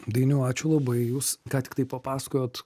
dainiau ačiū labai jūs ką tik tai papasakojot